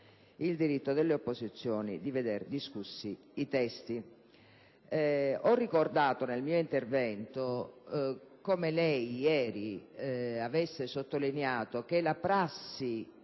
il diritto delle opposizioni di vedere discussi i testi. Ho ricordato nel mio intervento come lei ieri avesse sottolineato che la prassi